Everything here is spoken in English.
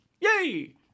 Yay